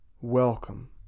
Welcome